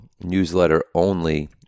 newsletter-only